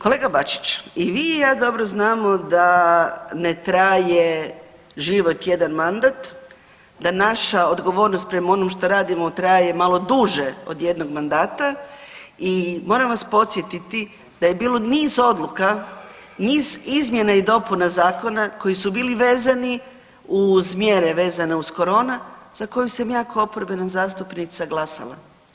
Kolega Bačić i vi i ja dobro znamo da ne traje život jedan mandat, da naša odgovornost prema onom što radimo traje malo duže od jednog mandata i moram vas podsjetiti da je bilo niz odluka, niz izmjena i dopuna zakona koji su bili vezani uz mjere vezano uz korona, za koju sam ja kao oporbena zastupnica glasala.